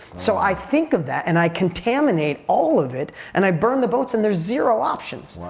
so i think of that and i contaminate all of it and i burn the boats and there's zero options.